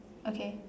okay